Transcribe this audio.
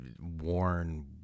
worn